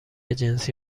جنسی